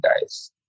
guys